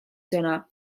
sõna